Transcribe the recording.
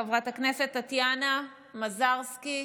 חברת הכנסת טטיאנה מזרסקי,